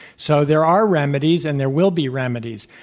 so there are remedies, and there will be remedies,